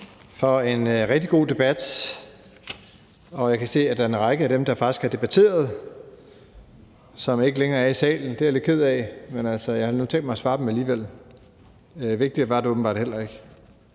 for en rigtig god debat. Jeg kan se, at der er en række af dem, der faktisk har debatteret, som ikke længere er i salen – det er jeg lidt ked af – men, altså, jeg har nu tænkt mig at svare dem alligevel; vigtigere var det åbenbart heller ikke